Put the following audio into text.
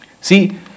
See